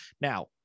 Now